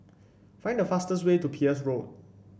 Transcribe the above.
find the fastest way to Peirce Road